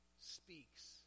speaks